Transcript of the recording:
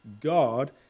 God